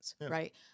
Right